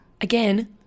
Again